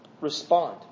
respond